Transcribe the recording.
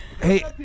Hey